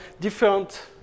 different